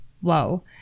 whoa